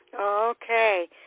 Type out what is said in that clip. Okay